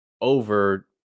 over